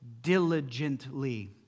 diligently